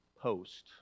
post